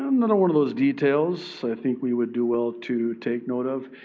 another one of those details i think we would do well to take note of,